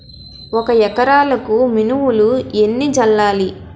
ఒక ఎకరాలకు మినువులు ఎన్ని చల్లాలి?